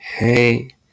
Hey